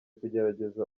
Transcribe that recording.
kugerageza